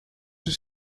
was